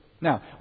Now